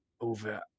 over